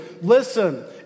Listen